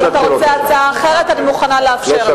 אם אתה רוצה הצעה אחרת, אני מוכנה לאפשר לך.